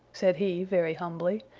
said he very humbly,